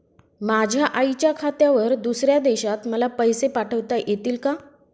माझ्या आईच्या खात्यावर दुसऱ्या देशात मला पैसे पाठविता येतील का?